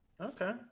Okay